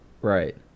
Right